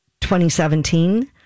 2017